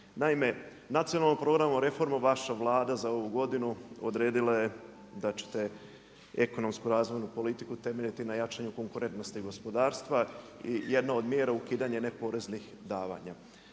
Naime, nacionalnom programu reforme vaša Vlada za ovu godinu odredila je da ćete ekonomsku razvojnu politiku temeljiti na jačanju konkurentnosti i gospodarstva i jedna od mjera je ukidanje neporeznih davanja.